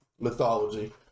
mythology